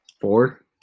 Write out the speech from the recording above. Four